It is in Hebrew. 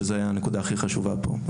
שזוהי הנקודה הכי חשובה פה.